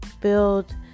build